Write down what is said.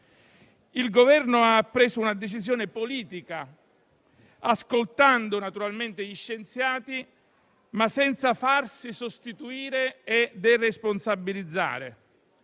Il Governo ha preso una decisione politica, ascoltando naturalmente gli scienziati, ma senza farsi sostituire e deresponsabilizzare: